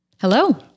Hello